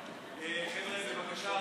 חבר'ה, בבקשה רגע,